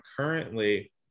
currently